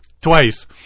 Twice